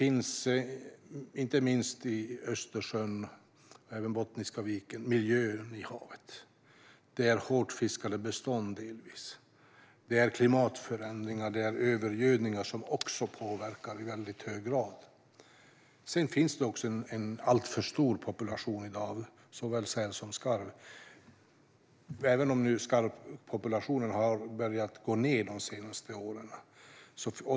Inte minst i Östersjön och Bottniska viken har vi delvis en miljö med hårt fiskade bestånd. Även klimatförändringar och övergödning påverkar i väldigt hög grad. Det finns i dag en alltför stor population av såväl säl som skarv, även om skarvpopulationen har börjat att gå nedåt de senaste åren.